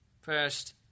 First